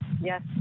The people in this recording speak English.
yes